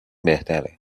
بهتره